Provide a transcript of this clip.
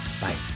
Bye